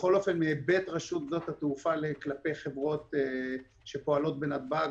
בכל אופן מהיבט רשות שדות התעופה כלפי חברות שפועלות בנתב"ג